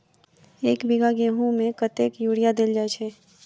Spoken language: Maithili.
एक बीघा गेंहूँ मे कतेक यूरिया देल जाय छै?